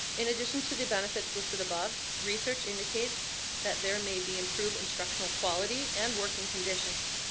in addition to the benefits listed above, research indicates that there may be improved instructional quality and working conditions.